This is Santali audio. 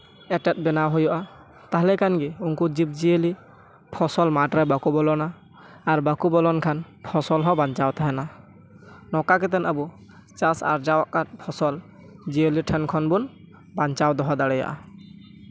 ᱮᱴᱮᱫ ᱵᱮᱱᱟᱣ ᱦᱩᱭᱩᱜᱼᱟ ᱛᱟᱦᱞᱮ ᱠᱷᱟᱱᱜᱮ ᱩᱱᱠᱩ ᱡᱤᱵᱽᱼᱡᱤᱭᱟᱹᱞᱤ ᱯᱷᱚᱥᱚᱞ ᱢᱟᱴᱷᱨᱮ ᱵᱟᱠᱚ ᱵᱚᱞᱚᱱᱟ ᱟᱨ ᱵᱟᱠᱚ ᱵᱚᱞᱚᱱ ᱠᱷᱟᱱ ᱯᱷᱚᱥᱚᱞ ᱦᱚᱸ ᱵᱟᱧᱪᱟᱣ ᱛᱟᱦᱮᱱᱟ ᱱᱚᱝᱠᱟ ᱠᱟᱛᱮᱱ ᱟᱵᱚ ᱪᱟᱥ ᱟᱨᱡᱟᱣ ᱟᱠᱟᱫ ᱯᱷᱚᱥᱚᱞ ᱡᱤᱭᱟᱹᱞᱤ ᱴᱷᱮᱱ ᱠᱷᱚᱱ ᱵᱚᱱ ᱵᱟᱧᱪᱟᱣ ᱫᱚᱦᱚ ᱫᱟᱲᱮᱭᱟᱜᱼᱟ